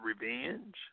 revenge